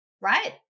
right